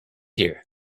here